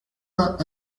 vingt